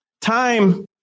time